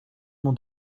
mon